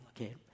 okay